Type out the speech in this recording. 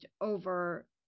over